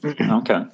okay